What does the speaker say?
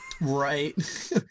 Right